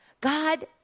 God